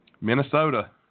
Minnesota